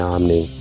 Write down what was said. Omni